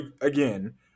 again